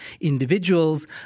individuals